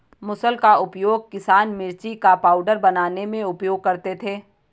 मुसल का उपयोग किसान मिर्ची का पाउडर बनाने में उपयोग करते थे